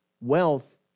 wealth